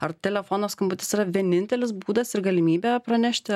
ar telefono skambutis yra vienintelis būdas ir galimybė pranešti